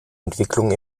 entwicklung